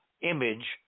image